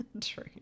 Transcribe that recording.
True